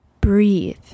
breathe